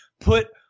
put